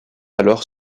alors